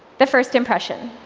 the first impression